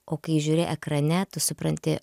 o kai žiūri ekrane tu supranti